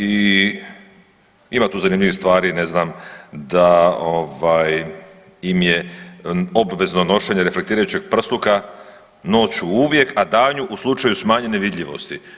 I ima tu zanimljivih stvari ne znam da im je obvezno nošenje reflektirajućeg prsluka noću uvijek a danju u slučaju smanjene vidljivosti.